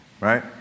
right